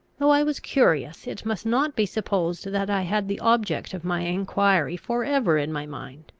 though i was curious, it must not be supposed that i had the object of my enquiry for ever in my mind,